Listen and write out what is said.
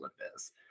Olympus